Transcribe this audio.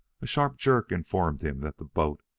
a sharp jerk informed him that the boat,